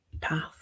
path